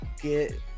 get